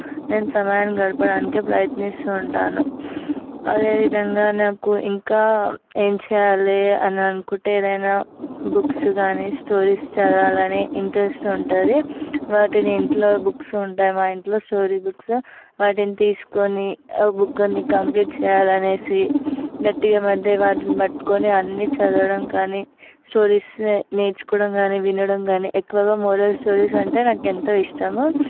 నేను సమయాన్ని గడపడానికి ప్రయత్నిస్తూ ఉంటాను అదేవిధంగా నాకు ఇంకా ఏం చేయాలి అని అనుకుంటే ఏదైనా బుక్స్ కానీ స్టోరీస్ చదవాలని ఇంట్రెస్ట్ ఉంటుంది వాటిని ఇంట్లో బుక్స్ ఉంటాయి మా ఇంట్లో స్టోరీ బుక్స్ వాటిని తీసుకొని ఆ బుక్ని కంప్లీట్ చేయాలి అనేసి గట్టిగా పట్టి వాటిని పట్టుకొని అన్ని చదవడం కానీ స్టోరీస్ నేర్చుకోవడం కానీ వినడం కానీఎక్కువగా మోరల్ స్టోరీస్ అంటే నాకు ఎంతో ఇష్టము